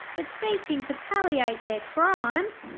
but seeking to palliate their crimes!